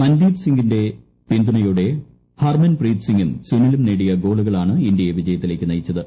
മൻദീപ് സിങ്ങിന്റെ പിന്തുണയോടെ ഹർമൻ പ്രീത് സിങ്ങും സുനിലും നേടിയ ഗോളുകളാണ് ഇന്ത്യയെ വിജയത്തിലേക്ക് നയിച്ചത്